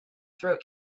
throat